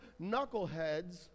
knuckleheads